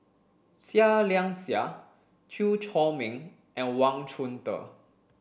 Seah Liang Seah Chew Chor Meng and Wang Chunde